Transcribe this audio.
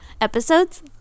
episodes